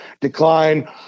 decline